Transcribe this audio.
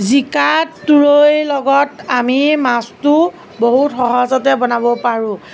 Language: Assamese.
জিকা তুৰৈৰ লগত আমি মাছটো বহুত সহজতেই বনাব পাৰোঁ